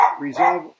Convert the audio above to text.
resolve